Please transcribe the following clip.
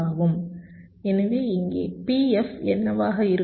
எனவே இங்கே Pf என்னவாக இருக்கும்